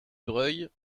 breuil